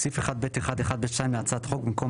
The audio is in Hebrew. בסעיף 1(ב1)(1)(ב)(2) להצעת החוק במקום